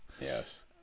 Yes